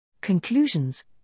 Conclusions